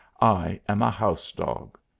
i am a house-dog.